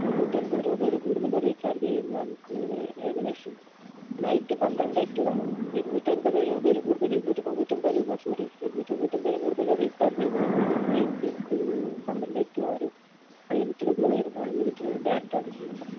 ഇരുന്നൂറ്റിയൻമ്പത് രൂപയില് കൂടുതല് റീചാർജ് ചെയ്യുമ്പോള് നമുക്ക് ഏകദേശം നൈറ്റ് പന്ത്രണ്ട് ടു ഇരുന്നൂറ്റിയൻമ്പത് രൂപയില് കൂടുതല് ഇരുന്നൂറ്റിതൊണ്ണൂറ്റിയൊമ്പത് രൂപ സോറി ഇരുന്നൂറ്റിതൊണ്ണൂറ്റിയൻമ്പതില് കൂടുതല് റീചാർജ് ചെയ്യുമ്പോള് നമുക്ക് നൈറ്റ് പന്ത്രണ്ട് റ്റു ആറ് അൺലിമിറ്റഡ് കോള് വരും അൺലിമിറ്റഡ് ഡാറ്റ കിട്ടുന്നുണ്ട്